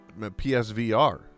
PSVR